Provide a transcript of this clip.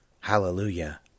Hallelujah